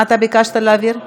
לאן אתה ביקשת להעביר?